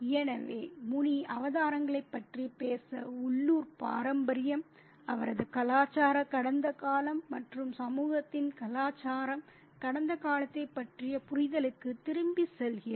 எனவே முனி அவதாரங்களைப் பற்றி பேச உள்ளூர் பாரம்பரியம் அவரது கலாச்சார கடந்த காலம் மற்றும் சமூகத்தின் கலாச்சார கடந்த காலத்தைப் பற்றிய புரிதலுக்குத் திரும்பிச் செல்கிறார்